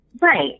Right